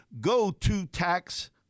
Go-to-tax